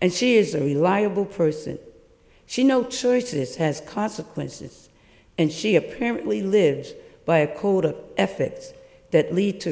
and she is a reliable person she no choices has consequences and she apparently lives by a code of efforts that lead to